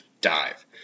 Dive